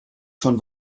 schon